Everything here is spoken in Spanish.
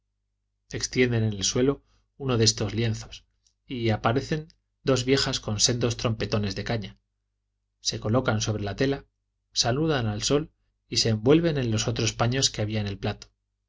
extienden en el suelo uno de estos lienzos y aparecen dos viejas con sendos trompetones de caña se colocan sobre la tela saludan al sol y se envuelven en los otros paños que había en el plato